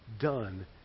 done